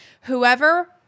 Whoever